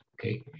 okay